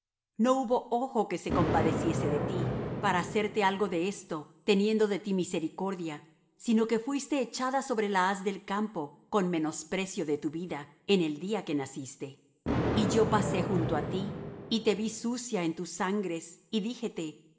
no hubo ojo que se compadeciese de ti para hacerte algo de esto teniendo de ti misericordia sino que fuiste echada sobre la haz del campo con menosprecio de tu vida en el día que naciste y yo pasé junto á ti y te vi sucia en tus sangres y díjete